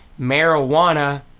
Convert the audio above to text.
marijuana